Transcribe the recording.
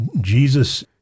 Jesus